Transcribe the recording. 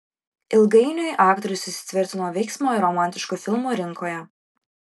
ilgainiui aktorius įsitvirtino veiksmo ir romantiškų filmų rinkoje